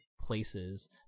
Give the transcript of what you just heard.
places